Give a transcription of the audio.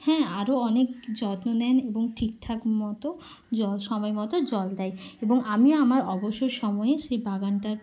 হ্যাঁ আরো অনেক যত্ন নেন এবং ঠিক ঠাক মতো জ সময় মতো জল দেয় এবং আমিও আমার অবসর সময়ে সেই বাগানটার